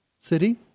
city